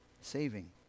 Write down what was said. saving